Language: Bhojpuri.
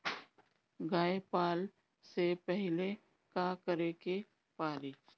गया पाले से पहिले का करे के पारी?